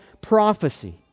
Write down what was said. prophecy